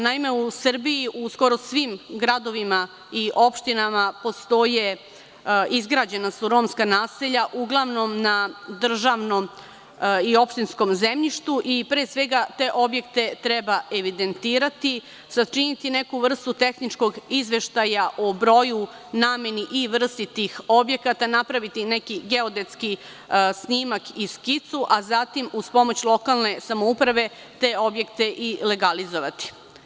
Naime, u Srbiji u skoro svim gradovima i opštinama izgrađena su romska naselja uglavnom na državnom i opštinskom zemljištu i, pre svega, te objekte treba evidentirati, sačiniti neku vrstu tehničkog izveštaja o broju, nameni i vrsti tih objekata, napraviti neki geodetski snimak i skicu, a zatim, uz pomoć lokalne samouprave, te objekte i legalizovati.